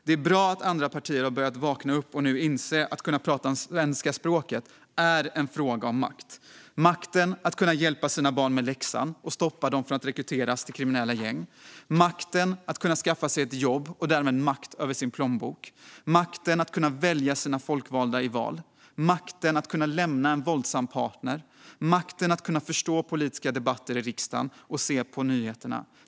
Det är bra att andra partier har börjat vakna upp och nu inser att det är en fråga om makt att kunna tala det svenska språket - makten att kunna hjälpa sina barn med läxan och stoppa dem från att rekryteras till kriminella gäng, makten att kunna skaffa sig ett jobb och därmed få makt över sin plånbok, makten att kunna välja sina folkvalda i val, makten att kunna lämna en våldsam partner och makten att kunna förstå politiska debatter i riksdagen och se på nyheterna.